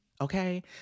Okay